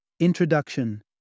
Introduction